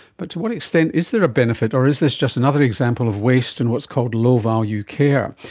but to what extent is there a benefit, or is this just another example of waste and what's called low value care?